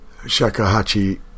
shakuhachi